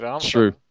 True